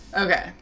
Okay